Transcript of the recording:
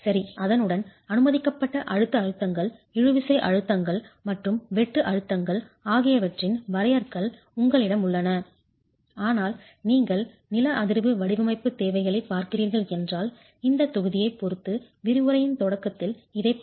அதனுடன் அனுமதிக்கப்பட்ட அழுத்த அழுத்தங்கள் இழுவிசை அழுத்தங்கள் மற்றும் வெட்டு அழுத்தங்கள் ஆகியவற்றின் வரையறைகள் உங்களிடம் உள்ளன ஆனால் நீங்கள் நில அதிர்வு வடிவமைப்புத் தேவைகளைப் பார்க்கிறீர்கள் என்றால் இந்தத் தொகுதியைப் பொறுத்து விரிவுரையின் தொடக்கத்தில் இதைப் பார்த்தோம்